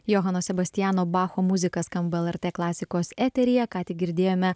johano sebastiano bacho muzika skamba lrt klasikos eteryje ką tik girdėjome